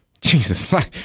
Jesus